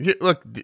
look